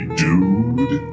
dude